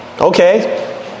Okay